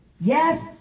Yes